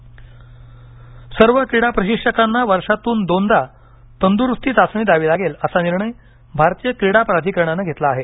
क्रीडा प्राधिकरण सर्व क्रीडा प्रशिक्षकांना वर्षातून दोनदा तंद्रुस्ती चाचणी द्यावी लागेल असा निर्णय भारतीय क्रीडा प्राधिकरणानं घेतला आहे